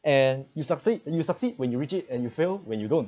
and you succeed you succeed when you reach it and you fail when you don't